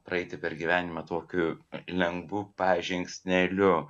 praeiti per gyvenimą tokiu lengvu pa žingsneliu